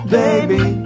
baby